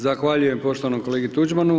Zahvaljujem poštovanom kolegi Tuđmanu.